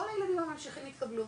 כל הילדים הממשיכים יתקבלו,